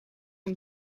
een